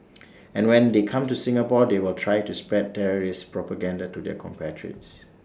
and when they come to Singapore they will try to spread terrorist propaganda to their compatriots